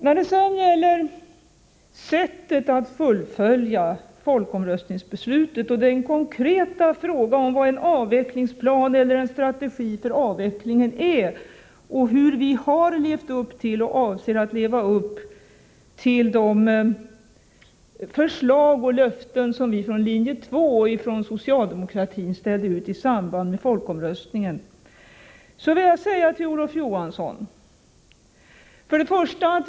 När det sedan gäller sättet att fullfölja folkomröstningsbeslutet, den konkreta frågan om vad en avvecklingsplan eller en strategi för avvecklingen innebär och hur vi har levt upp till och avser att leva upp till de förslag och löften som vi från linje 2 och socialdemokratin ställde ut i samband med folkomröstningen vill jag säga följande till Olof Johansson.